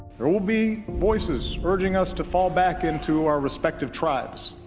there will be voices urging us to fall back into our respective tribes,